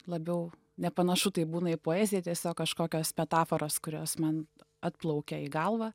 labiau nepanašu tai būna į poezija tiesiog kažkokios metaforos kurios man atplaukia į galvą